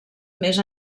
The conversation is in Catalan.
més